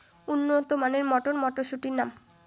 উন্নত মানের মটর মটরশুটির নাম?